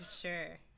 Sure